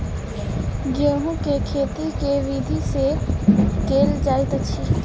गेंहूँ केँ खेती केँ विधि सँ केल जाइत अछि?